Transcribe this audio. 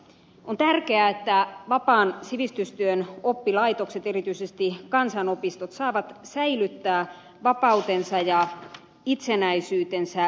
on tärkeää että vapaan sivistystyön oppilaitokset erityisesti kansanopistot saavat säilyttää vapautensa ja itsenäisyytensä